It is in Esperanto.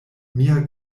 mia